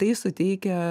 tai suteikia